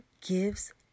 gives